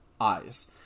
eyes